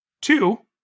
Two